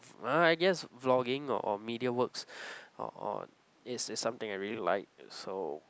well I guess blogging or or media works or or it is something I really like so